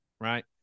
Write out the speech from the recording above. right